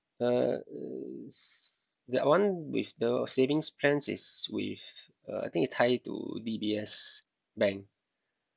uh that one with the savings plans is with uh I think it tie it to D_B_S bank